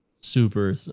super